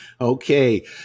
Okay